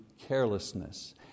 Carelessness